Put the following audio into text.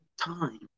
time